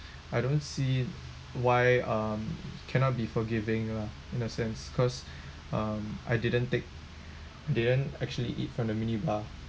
I don't see why um cannot be forgiving lah in a sense because um I didn't take didn't actually eat from the minibar